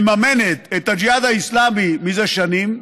מממנת את הג'יהאד האסלמי זה שנים,